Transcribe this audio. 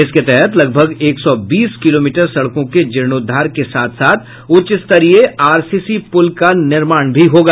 इसके तहत लगभग एक सौ बीस किलोमीटर सड़कों के जीर्णाद्वार के साथ साथ उच्च स्तरीय आरसीसी पुल का भी निर्माण होगा